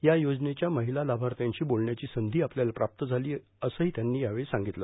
या योजनेच्या महिला लाभार्थ्यांशी बोलण्याची संधी आपल्याला प्राप्त झाली असंही त्यांनी यावेळी सांगितलं